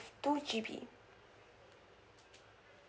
two G_B